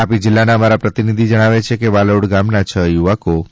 તાપી જિલ્લાના અમારા પ્રતિનિધિ જણાવે છે કે વાલોડ ગામના છ યુવકો વાલોડથી તા